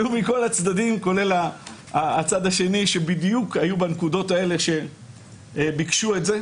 כולל הצד השני שבדיוק היו בנקודות האלה שביקשו את זה.